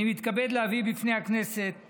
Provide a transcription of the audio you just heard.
השר, אני מתכבד להביא בפני הכנסת